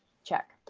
check.